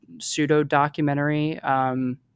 pseudo-documentary